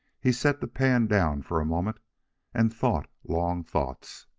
he set the pan down for a moment and thought long thoughts.